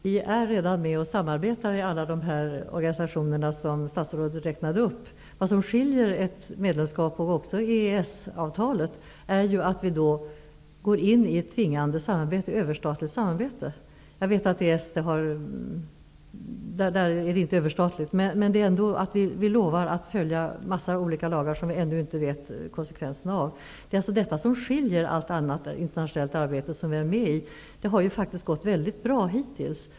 Herr talman! Vi är redan med och samarbetar i alla de organisationer som statsrådet räknade upp. Det som skiljer ett medlemskap, och även EES-avtalet, från detta är att vi går in i ett tvingande överstatligt samarbete. Jag vet att EES inte är överstatligt, men vi lovar ändå att följa en mängd olika lagar som vi ännu inte vet konsekvenserna av. Det är detta som är skillnaden mot allt annat internationellt arbete som vi deltar i. Det har faktiskt gått mycket bra hittills.